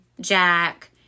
jack